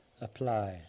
apply